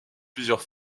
plusieurs